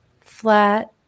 flat